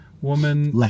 woman